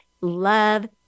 love